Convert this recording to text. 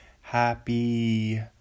Happy